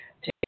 take